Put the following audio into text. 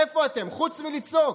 איפה אתם חוץ מלצעוק?